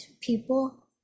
people